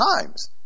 times